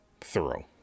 thorough